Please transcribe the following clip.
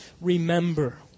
remember